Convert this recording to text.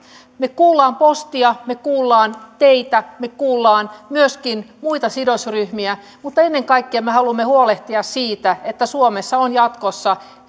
me kuulemme postia me kuulemme teitä me kuulemme myöskin muita sidosryhmiä mutta ennen kaikkea me me haluamme huolehtia siitä että suomessa on jatkossa